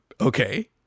okay